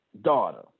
daughter